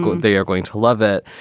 they are going to love it.